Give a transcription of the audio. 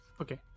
okay